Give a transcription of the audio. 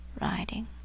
riding